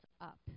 up